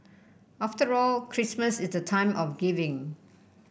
after all Christmas is the time of giving